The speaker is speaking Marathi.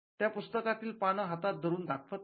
त्या पुस्तकातील पान हातात धरून दाखवत आहे